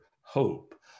hope